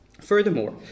Furthermore